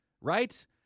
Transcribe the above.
Right